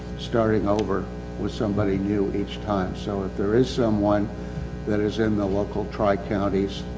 staring over with somebody new each time. so if there is someone that is in the local tri counties.